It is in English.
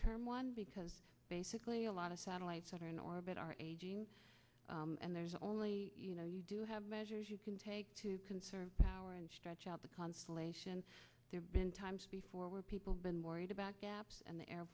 term one because basically a lot of satellites are in orbit are aging and there's only you know you do have measures you can take to conserve power and stretch out the constellation there been times before where people have been worried about gaps and the air